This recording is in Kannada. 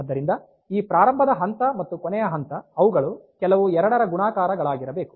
ಆದ್ದರಿಂದ ಈ ಪ್ರಾರಂಭದ ಹಂತ ಮತ್ತು ಕೊನೆಯ ಹಂತ ಅವುಗಳು ಕೆಲವು 2 ರ ಗುಣಾಕಾರಗಳಾಗಿರಬೇಕು